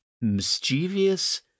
mischievous